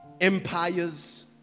empires